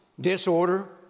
disorder